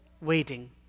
waiting